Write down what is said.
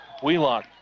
Wheelock